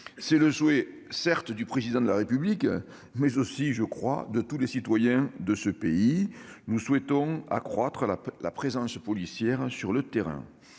C'est le souhait non seulement du Président de la République, mais aussi, je le crois, de tous les citoyens de ce pays. Il s'agit bien sûr d'accroître la présence policière sur le terrain,